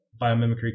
Biomimicry